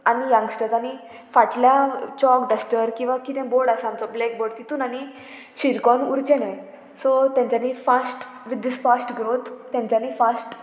आनी यंगस्टरांनी फाटल्या चॉक डस्टर किंवां कितें बोर्ड आसा आमचो ब्लॅक बोर्ड तितून आनी शिरकोन उरचें न्हय सो तेंच्यांनी fast with this fast growth तेंच्यांनी फास्ट